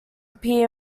appear